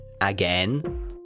Again